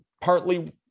partly